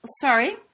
Sorry